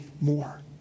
more